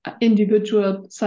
individual